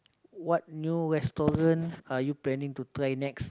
what new restaurant are you planning to try next